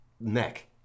neck